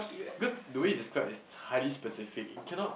because the way you describe is highly specific you cannot